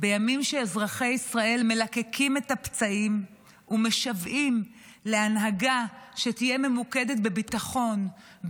ישראל מלקקים את הפצעים ומשוועים להנהגה שתהיה ממוקדת בביטחון,